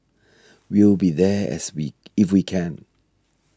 we'll be there as we if we can